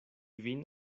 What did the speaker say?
vin